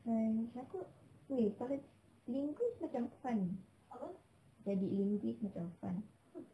!hais! aku wei kalau linguist macam fun jadi linguist macam fun